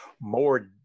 more